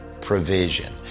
provision